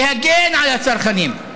להגן על הצרכנים,